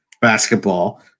basketball